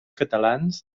catalans